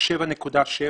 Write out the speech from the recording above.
7.7,